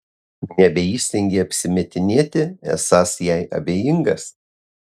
nebeįstengei apsimetinėti esąs jai abejingas